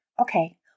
okay